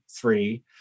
three